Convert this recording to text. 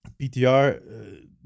PTR